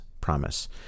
promise